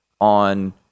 on –